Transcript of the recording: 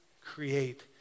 create